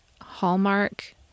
Hallmark